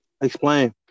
Explain